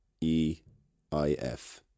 E-I-F